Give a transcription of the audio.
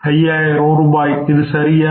5000 ரூபாய் சரியா